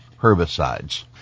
herbicides